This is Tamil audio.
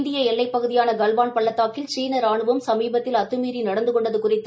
இந்திய எல்லைப்பகுதியான கால்வன் பள்ளத்தாக்கில் சீன ராணுவம் சமீபத்தில் அத்துமீறி நடந்து கொண்டது குறித்து